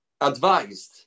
advised